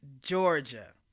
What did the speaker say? Georgia